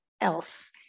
else